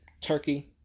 Turkey